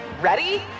ready